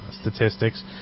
statistics